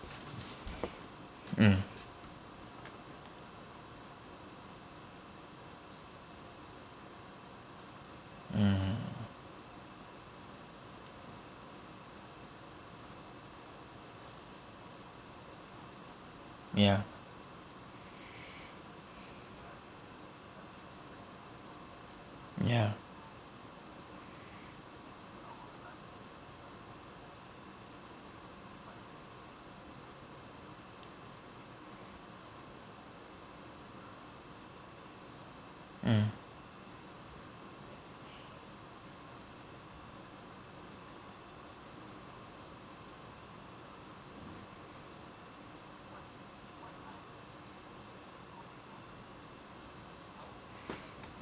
mm mm mm ya ya mm